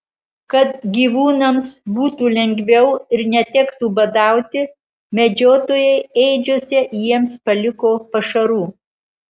kad gyvūnams būtų lengviau ir netektų badauti medžiotojai ėdžiose jiems paliko pašarų